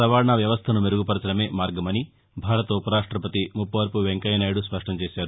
రవాణా వ్యవస్దను మెరుగు పరచడమే మార్గమని భారత ఉపరాష్టపతి ముప్పవరపు వెంకయ్య నాయుడు స్పష్టం చేశారు